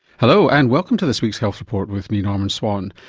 hello and welcome to this week's health report with me norman swan.